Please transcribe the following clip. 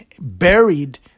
buried